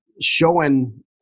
showing